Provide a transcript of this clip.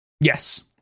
Yes